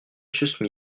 smith